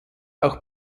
auch